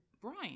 Brian